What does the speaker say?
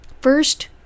First